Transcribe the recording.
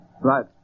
Right